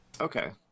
Okay